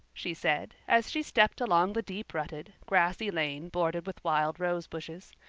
she said as she stepped along the deep-rutted, grassy lane bordered with wild rose bushes.